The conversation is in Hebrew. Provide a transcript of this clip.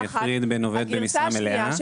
הגרסה השנייה,